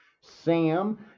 Sam